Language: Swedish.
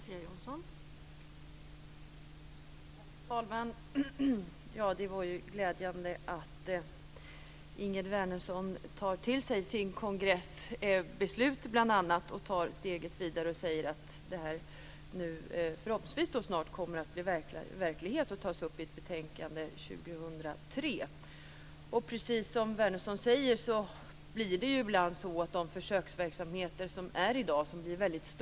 Fru talman! Det var glädjande att Ingegerd Wärnersson tar till sig sin kongress beslut och tar steget vidare och säger att detta förhoppningsvis snart kommer att bli verklighet och tas upp i ett betänkande 2003. Precis som Wärnersson säger blir det ibland så att de försöksverksamheter som bedrivs i dag blir väldigt stora.